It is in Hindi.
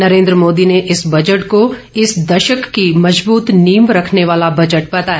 नरेन्द्र मोदी ने इस बजट को इस दशक की मजबूत नींव रखने वाला बजट बताया